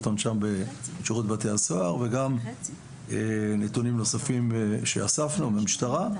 עונשם בשירות בתי הסוהר וגם נתונים נופים שאספנו במשטרה.